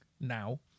now